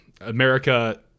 America